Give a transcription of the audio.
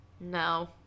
no